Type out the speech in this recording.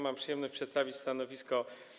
Mam przyjemność przedstawić stanowisko